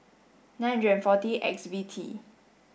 nine hundred and forty X V T